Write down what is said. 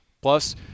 plus